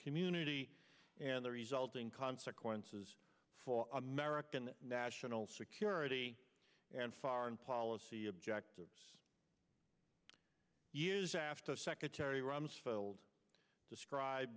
community and the resulting consequences for american national security and foreign policy objectives years after secretary rumsfeld describe